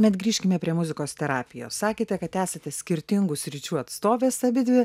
bet grįžkime prie muzikos terapijos sakėte kad esate skirtingų sričių atstovės abidvi